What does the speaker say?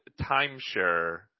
Timeshare